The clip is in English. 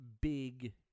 big